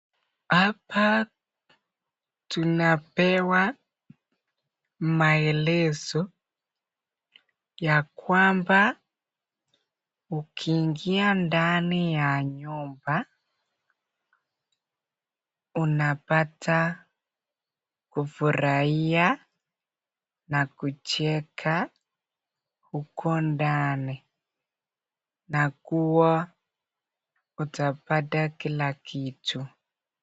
Hapa tunapewa maelezo ya kwamba ukiingia ndani ya nyumba unapata kufuruhia na kucheka huko ndani na kuwa utapata kila kitu.